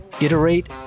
Iterate